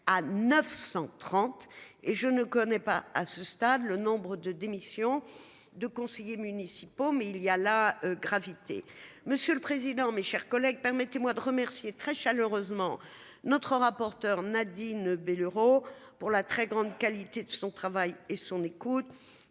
à 930 et je ne connais pas à ce stade, le nombre de démissions de conseillers municipaux mais il y a la gravité. Monsieur le président, mes chers collègues permettez-moi de remercier très chaleureusement notre rapporteur Nadine l'euro pour la très grande qualité de son travail et son écoute